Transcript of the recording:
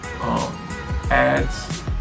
ads